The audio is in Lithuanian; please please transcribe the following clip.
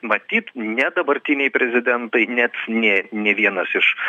matyt ne dabartiniai prezidentai net ne nė vienas iš